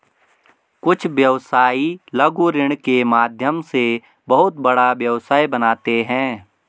कुछ व्यवसायी लघु ऋण के माध्यम से बहुत बड़ा व्यवसाय बनाते हैं